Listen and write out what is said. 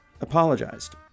apologized